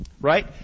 Right